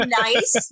Nice